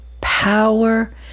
power